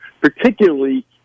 particularly –